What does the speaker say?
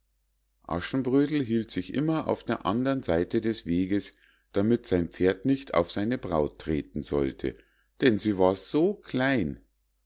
aschenbrödel hielt sich immer auf der andern seite des weges damit sein pferd nicht auf seine braut treten sollte denn sie war so klein